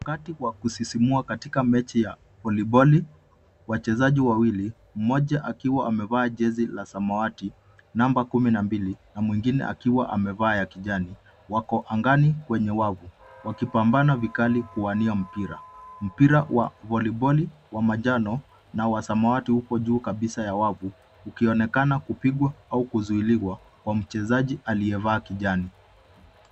Wakati wa kusisimua katika mechi ya voliboli. Wachezaji wawili mmoja akiwa amevaa jezi la samawati namba kumi na mbili na mwingine akiwa amevaa ya kijani wako angani kwenye wavu wakipambana vikali kuwania mpira. Mpira wa voliboli wa majano na wa wasamati watu huko juu kabisa ya wavu ukionekana kupigwa au kuzuiliwa kwa mchezaji aliyevaa kijani.